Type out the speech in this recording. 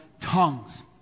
tongues